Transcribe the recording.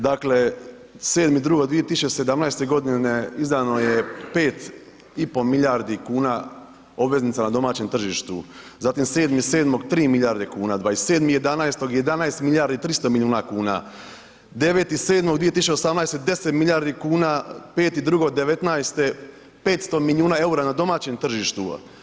Dakle, 7.2.2017. godine izdano je 5,5 milijardi kuna obveznica na domaćem tržištu, zatim 7.7. 3 milijarde kuna, 27.11. 11 milijardi i 300 milijuna kuna, 9.7.2018. 10 milijardi kuna, 5.2.'19.-te 500 milijuna eura na domaćem tržištu.